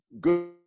good